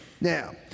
Now